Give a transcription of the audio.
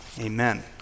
Amen